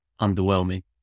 underwhelming